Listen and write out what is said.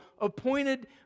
appointed